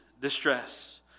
distress